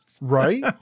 right